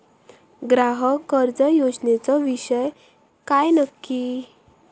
ग्राहक कर्ज योजनेचो विषय काय नक्की?